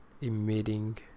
Emitting